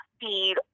feed